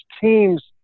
teams